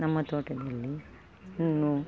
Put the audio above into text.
ನಮ್ಮ ತೋಟದಲ್ಲಿ ಹಣ್ಣು